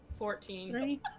Fourteen